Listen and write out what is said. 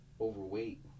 overweight